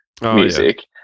music